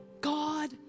God